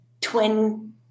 twin